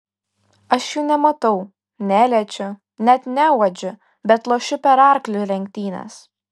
aš jų nematau neliečiu net neuodžiu bet lošiu per arklių lenktynes